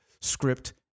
script